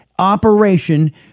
Operation